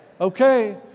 Okay